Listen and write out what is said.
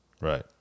Right